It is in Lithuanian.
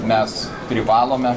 mes privalome